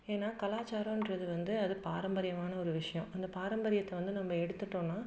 ஏனா கலாச்சாரம்ன்றது வந்து அது பாரம்பரியமான ஒரு விஷயம் அந்த பாரம்பரியத்தை வந்து நம்ம எடுத்துகிட்டோம்னா